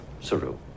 Saru